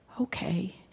okay